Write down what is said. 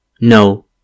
No